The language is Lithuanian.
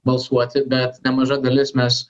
balsuoti bet nemaža dalis mes